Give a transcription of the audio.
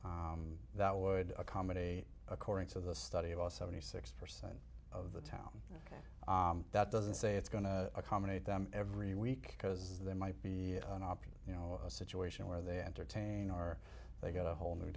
container that would accommodate according to the study of all seventy six percent of the town that doesn't say it's going to accommodate them every week because there might be an option you know a situation where they entertain or they get a whole new